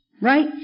Right